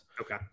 Okay